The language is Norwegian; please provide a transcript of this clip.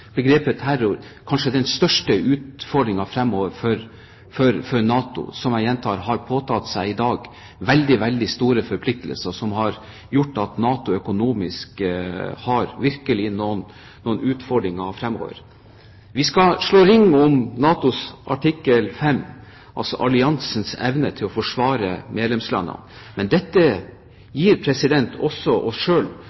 terror er kanskje den største utfordringen fremover for NATO, som – jeg gjentar – i dag har påtatt seg veldig store forpliktelser, som har gjort at NATO økonomisk sett virkelig har noen utfordringer fremover. Vi skal slå ring om NATOs artikkel 5, altså alliansens evne til å forsvare medlemslandene. Men dette